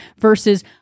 versus